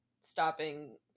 stopping